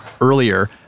earlier